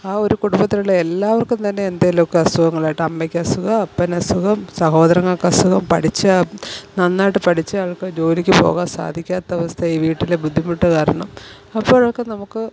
ആ ഒരു കുടുംബത്തിലുള്ള എല്ലാവർക്കും തന്നെ എന്തേലുമൊക്കെ അസുഖങ്ങളായിട്ട് അമ്മയ്ക്കസുഖം അപ്പനസുഖം സഹോദരങ്ങൾക്കസുഖം പഠിച്ച് നന്നായിട്ട് പഠിച്ച ആൾക്ക് ജോലിക്ക് പോകാൻ സാധിക്കാത്ത അവസ്ഥ ഈ വീട്ടിലെ ബുദ്ധിമുട്ട് കാരണം അപ്പോഴൊക്കെ നമുക്ക്